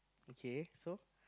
okay so